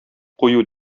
кую